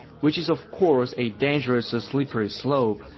which is of course a dangerously slippery slope,